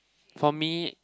for me